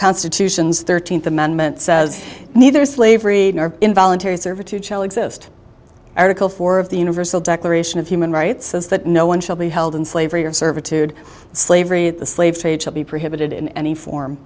constitution's thirteenth amendment says neither slavery nor involuntary servitude shall exist article four of the universal declaration of human rights says that no one shall be held in slavery or servitude slavery the slave trade should be prohibited in any form